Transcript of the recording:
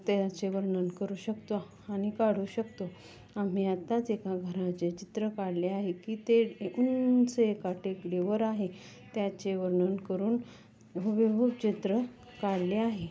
त्याचे वर्णन करू शकतो आणि काढू शकतो आम्ही आत्ताच एका घराचे चित्र काढले आहे की ते उंच एका टेकडीवर आहे त्याचे वर्णन करून हुबेहूब चित्र काढले आहे